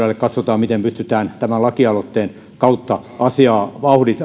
katsotaan miten pystytään tämän lakialoitteen kautta asiaa